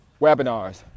webinars